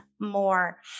more